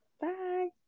Bye